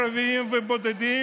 תוכנית, ממדים